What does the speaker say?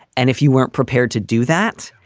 and if you weren't prepared to do that,